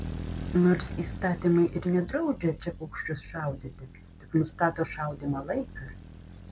nors įstatymai ir nedraudžia čia paukščius šaudyti tik nustato šaudymo laiką